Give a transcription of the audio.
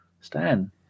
Stan